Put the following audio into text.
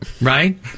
right